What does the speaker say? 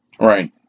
Right